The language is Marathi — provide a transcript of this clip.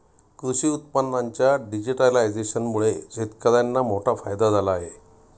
कृषी उत्पादनांच्या डिजिटलायझेशनमुळे शेतकर्यांना मोठा फायदा झाला आहे